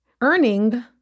earning